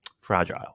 fragile